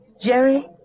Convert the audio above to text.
Jerry